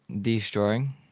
Destroying